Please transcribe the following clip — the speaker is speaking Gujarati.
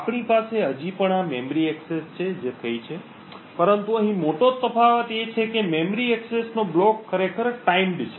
આપણી પાસે હજી પણ આ મેમરી એક્સેસ છે જે થઈ છે પરંતુ અહીં મોટો તફાવત એ છે કે મેમરી એક્સેસનો બ્લોક ખરેખર timed છે